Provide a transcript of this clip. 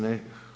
Ne.